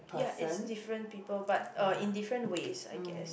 ya it's different people but uh in different ways I guess